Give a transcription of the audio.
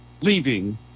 leaving